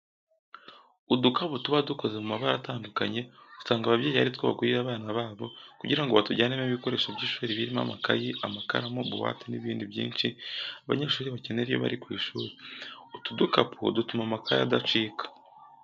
Udukapu tuba dukoze mu mabara atandukanye usanga ababyeyi ari two bagurira abana babo kugira ngo batujyanemo ibikoresho by'ishuri birimo amakayi, amakaramu, buwate n'ibindi byinshi abanyeshuri bakenera iyo bari ku ishuri. Utu dukapu kandi dutuma amakayi adacika.